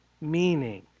meaning